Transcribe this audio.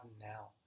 now